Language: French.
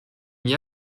n’y